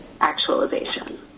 actualization